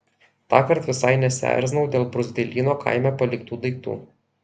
tąkart visai nesierzinau dėl bruzdeilyno kaime paliktų daiktų